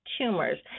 tumors